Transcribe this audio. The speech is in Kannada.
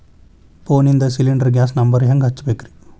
ಫೋನಿಂದ ಸಿಲಿಂಡರ್ ಗ್ಯಾಸ್ ನಂಬರ್ ಹೆಂಗ್ ಹಚ್ಚ ಬೇಕ್ರಿ?